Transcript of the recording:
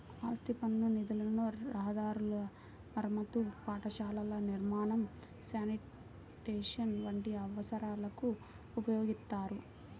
ఆస్తి పన్ను నిధులను రహదారుల మరమ్మతు, పాఠశాలల నిర్మాణం, శానిటేషన్ వంటి అవసరాలకు ఉపయోగిత్తారు